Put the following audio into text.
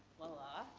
walla.